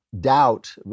doubt